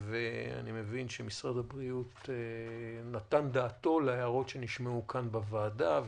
אני מבין שמשרד הבריאות נתן דעתו להערות שנשמעו כאן בוועדה,